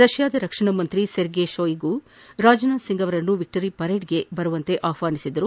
ರಷ್ಯಾದ ರಕ್ಷಣಾ ಸಚಿವ ಸೆರ್ಗೆ ಶೋಯಿಗು ರಾಜನಾಥ್ ಸಿಂಗ್ ಅವರನ್ನು ವಿಕ್ಚರಿ ಪೆರೇಡ್ಗೆ ಆಹ್ವಾನಿಸಿದ್ದರು